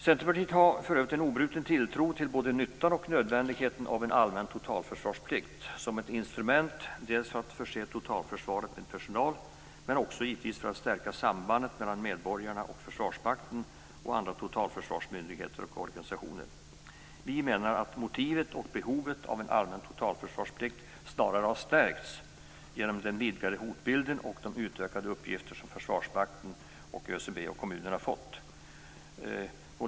Centerpartiet har för övrigt en obruten tilltro till både nyttan och nödvändigheten av en allmän totalförsvarsplikt som ett instrument dels för att förse totalförsvaret med personal, dels för att stärka sambandet mellan medborgarna och Försvarsmakten respektive andra totalförsvarsmyndigheter och organisationer. Vi menar att motivet för och behovet av en allmän totalförsvarsplikt snarare har stärkts genom den vidgade hotbilden och de utökade uppgifter som Försvarsmakten, ÖCB och kommunerna har fått.